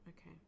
Okay